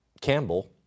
Campbell